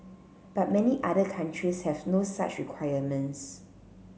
but many other countries have no such requirements